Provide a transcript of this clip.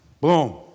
Boom